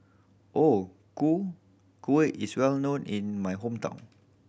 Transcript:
O Ku Kueh is well known in my hometown